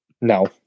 No